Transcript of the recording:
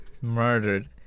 Murdered